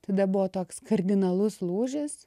tada buvo toks kardinalus lūžis